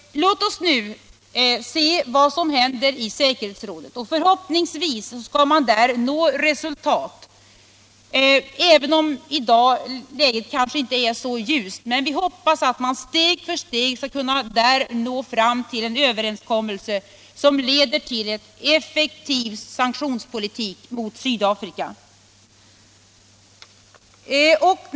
Låt oss nu se vad som händer i säkerhetsrådet. Förhoppningsvis kommer där resultat att nås, även om läget i dag kanske inte är så ljust. Vi hoppas dock att man steg för steg når fram till en överenskommelse som leder till en effektiv sanktionspolitik mot Sydafrika.